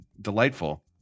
delightful